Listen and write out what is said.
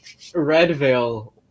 Redvale